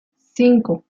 cinco